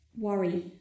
Worry